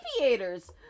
aviators